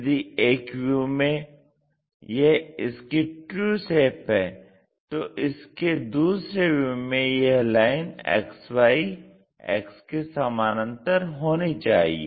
यदि एक व्यू में यह इसकी ट्रू शेप है तो इसके दूसरे व्यू में यह लाइन XY अक्ष के सामानांतर होनी चाहिए